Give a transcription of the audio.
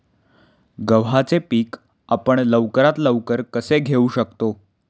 गव्हाचे पीक आपण लवकरात लवकर कसे घेऊ शकतो?